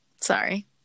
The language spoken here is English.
Sorry